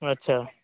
अच्छा